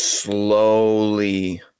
slowly